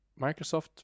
Microsoft